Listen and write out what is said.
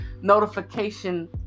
notification